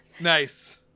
nice